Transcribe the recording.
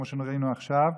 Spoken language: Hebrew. כמו שראינו עכשיו,